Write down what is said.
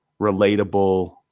relatable